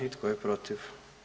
I tko je protiv?